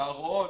להראות,